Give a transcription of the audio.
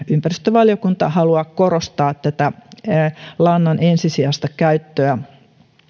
ympäristövaliokunta haluaa korostaa tätä lannan ensisijaista käyttöä